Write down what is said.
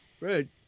right